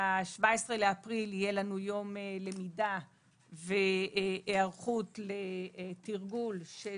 ב-17 לאפריל יהיה לנו יום למידה והיערכות לתרגול של